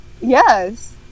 Yes